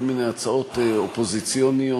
כל מיני הצעות אופוזיציוניות